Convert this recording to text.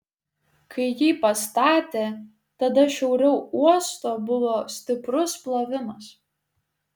kai jį pastatė tada šiauriau uosto buvo stiprus plovimas